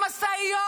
את דנה אותם לדיכוי,